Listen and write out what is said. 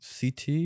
CT